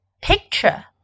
Picture